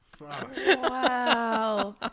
wow